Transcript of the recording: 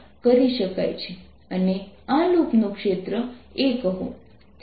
અને તેથી